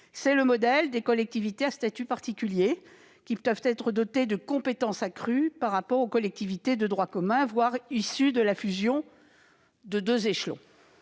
c'est le modèle des collectivités à statut particulier, qui peuvent être dotées de compétences accrues par rapport aux collectivités de droit commun, voire issues de la fusion de deux échelons.